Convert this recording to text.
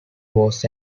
was